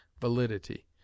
validity